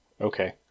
Okay